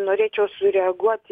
norėčiau sureaguot